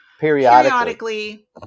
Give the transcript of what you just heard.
periodically